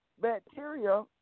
bacteria